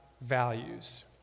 values